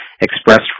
expressed